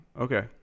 Okay